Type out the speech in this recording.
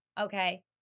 okay